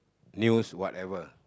news whatever